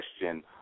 question